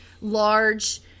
large